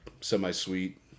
semi-sweet